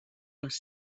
les